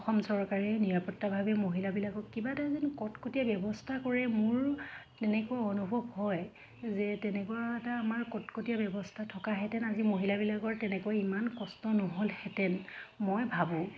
অসম চৰকাৰে নিৰাপত্তাভাৱে মহিলাকক কিবা এটা যেন কটকটীয়া ব্যৱস্থা কৰে মোৰ তেনেকৈ অনুভৱ হয় যে তেনেকুৱা এটা আমাৰ কটকটীয়া ব্যৱস্থা থকাহেতেন আজি মহিলাবিলাকৰ তেনেকৈ ইমান কষ্ট নহ'লহেঁতেন মই ভাবোঁ